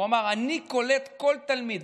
הוא אמר: אני קולט כל תלמיד,